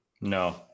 No